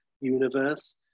universe